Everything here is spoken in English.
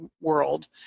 world